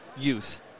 youth